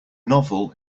novel